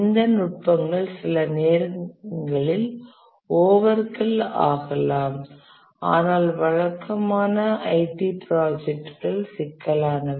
இந்த நுட்பங்கள் சில நேரங்களில் ஓவர் கில் ஆகலாம் ஆனால் வழக்கமான IT ப்ராஜெக்ட்கள் சிக்கலானவை